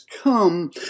come